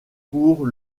pour